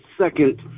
second